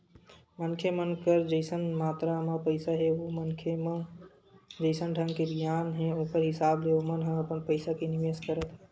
मनखे मन कर जइसन मातरा म पइसा हे ओ मनखे म जइसन ढंग के गियान हे ओखर हिसाब ले ओमन ह अपन पइसा के निवेस करत हे